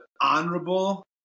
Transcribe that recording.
honorable